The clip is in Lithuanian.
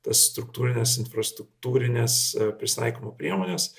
tas struktūrines infrastruktūrines prisitaikymo priemones